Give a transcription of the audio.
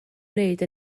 wneud